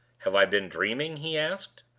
have i been dreaming? he asked,